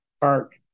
park